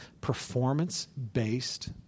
performance-based